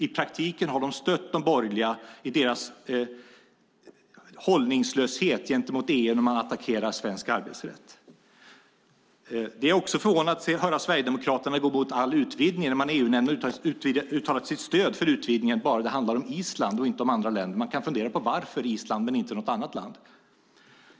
I praktiken har de stött de borgerliga i deras hållningslöshet gentemot EU genom att attackera svensk arbetsrätt. Det är också förvånande att höra att Sverigedemokraterna är emot all utvidgning när man i EU-nämnden har uttalat sitt stöd bara det handlar om Island och inte om andra länder. Man kan fundera på varför det går bra med Island men inte med något annat land.